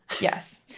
yes